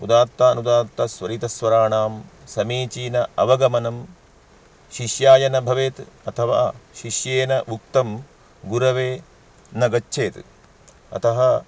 उदात्तानुदात्तस्वरितस्वराणां समीचीन अवगमनं शिष्याय न भवेत् अथवा शिष्येन उक्तं गुरवे न गच्छेत् अतः